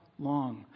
Long